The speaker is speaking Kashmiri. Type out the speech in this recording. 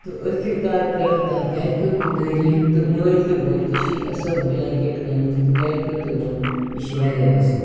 تہٕ ٲخِر کار کٔرٕکھ تَتھ گَھرِکیٚو تہِ تعریٖف تہٕ مٲلۍ تہِ ووٚن ژےٚ چھِی اصٕل بلینٛکیٚٹ ٲنۍ مٕژ تہٕ گَھرِکیٚو تہِ ووٚن یہِ چھِ واریاہ اصٕل